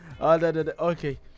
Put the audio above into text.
Okay